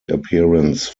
appearance